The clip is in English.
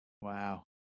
Wow